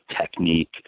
technique